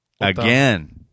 Again